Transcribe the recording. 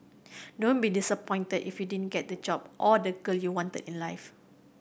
don't be disappointed if you didn't get the job or the girl you wanted in life